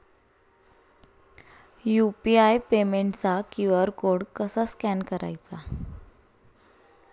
UPI पेमेंटचा QR code कसा scan करायचा?